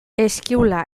eskiula